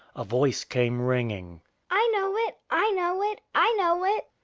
a voice came ringing i know it, i know it, i know it.